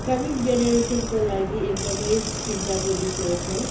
coming जेनेरेसनको लागि एकदमै चिन्ताको विषय छ